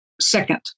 second